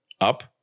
up